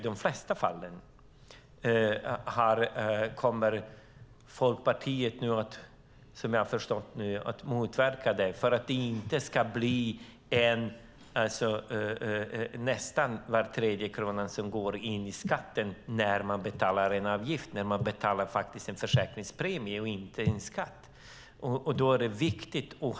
Kommer Folkpartiet att arbeta för att inte nästan var tredje krona ska gå till skatt när man betalar in en avgift, en försäkringspremie?